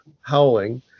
howling